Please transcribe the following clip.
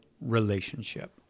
relationship